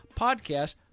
podcast